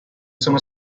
sono